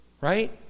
right